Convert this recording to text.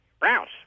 Rouse